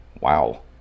Wow